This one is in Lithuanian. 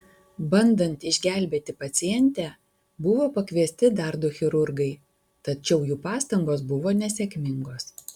bandant išgelbėti pacientę buvo pakviesti dar du chirurgai tačiau jų pastangos buvo nesėkmingos